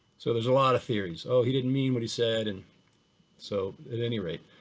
so there's a lot of theories oh he didn't mean what he said, and so at any rate,